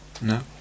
No